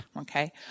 Okay